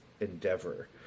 endeavor